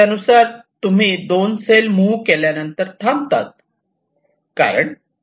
त्यानुसार तुम्ही 2 cell move केल्यानंतर थांबतात